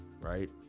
right